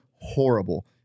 horrible